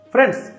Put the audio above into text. Friends